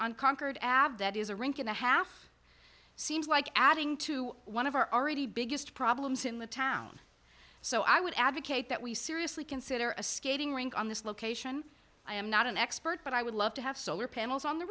unconquered av that is a rink and a half seems like adding to one of our already biggest problems in the town so i would advocate that we seriously consider a skating rink on this location i am not an expert but i would love to have solar panels on the